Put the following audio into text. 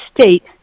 state